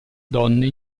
donne